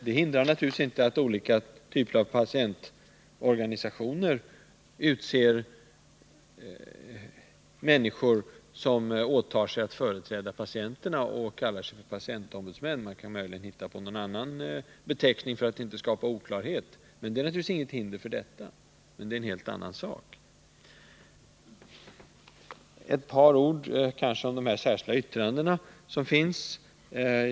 Det hindrar naturligtvis inte att olika typer av patientorganisationer utser människor som åtar sig att företräda patienterna och kallar sig patientombudsmän. Man borde kanske hitta på någon annan beteckning för att inte skapa oklarhet. Men detta är en helt annan sak. Ett par ord också om de särskilda yttrandena.